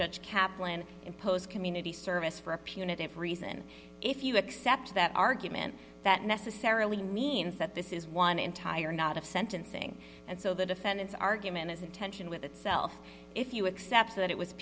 judge kaplan imposed community service for a punitive reason if you accept that argument that necessarily means that this is one entire knot of sentencing and so the defendant's argument is attention with itself if you accept that it was